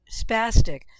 spastic